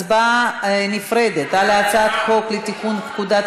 הצבעה נפרדת על הצעת חוק לתיקון פקודת